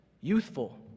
youthful